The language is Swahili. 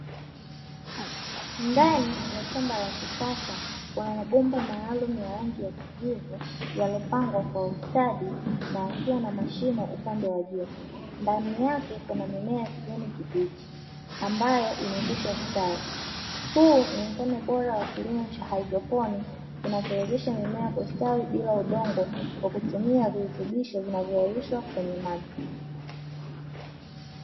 Ndani ya shamba la kisasa kuna mabomba maalumu ya rangi ya kijivu yaliopangwa kwa ustadi na yakiwa na mashina upande wa juu, ndani yake kuna mimea ya kijani kibichi ambayo imekwisha stawi, huu ni mfano bora wa kilimo cha haidroponi kinachowezesha mimea kustawi bila udongo, kwa kutumia virutubisho vinavyoyeyushwa kwenye maji.